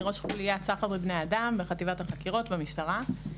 אני ראש חולית סחר בבני אדם בחטיבת החקירות במשטרה.